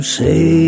say